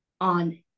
on